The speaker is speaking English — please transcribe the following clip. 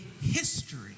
history